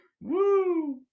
Woo